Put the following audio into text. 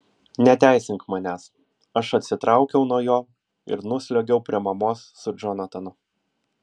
neteisink manęs aš atsitraukiau nuo jo ir nusliuogiau prie mamos su džonatanu